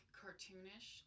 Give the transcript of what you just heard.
cartoonish